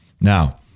Now